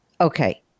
Okay